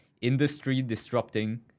industry-disrupting